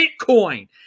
Bitcoin